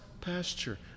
pasture